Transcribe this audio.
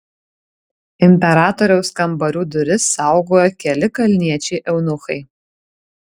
imperatoriaus kambarių duris saugojo keli kalniečiai eunuchai